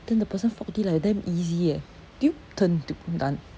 then the person forklift like damn easy eh do you turn do you done